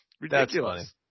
Ridiculous